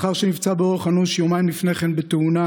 לאחר שנפצע באורח אנוש יומיים לפני כן בתאונה